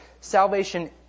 salvation